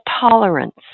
tolerance